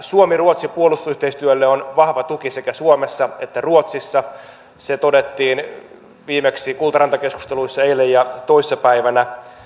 suomiruotsi puolustusyhteistyölle on vahva tuki sekä suomessa että ruotsissa se todettiin viimeksi kultaranta keskusteluissa eilen ja toissa päivänä